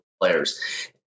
players